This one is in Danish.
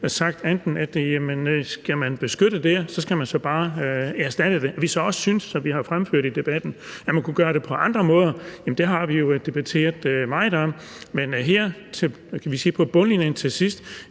man skal beskytte det, skal man så bare erstatte det. At vi så også synes, som vi har fremført i debatten, at man kunne gøre det på andre måder, har vi jo debatteret meget. Men her på bundlinjen til sidst